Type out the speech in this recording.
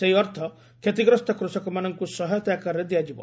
ସେହି ଅର୍ଥ କ୍ଷତିଗ୍ରସ୍ତ କୃଷକମାନଙ୍କୁ ସହାୟତା ଆକାରରେ ଦିଆଯିବ